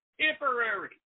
temporary